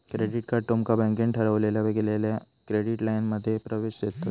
credit card तुमका बँकेन ठरवलेल्या केलेल्या क्रेडिट लाइनमध्ये प्रवेश देतत